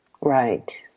Right